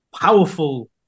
powerful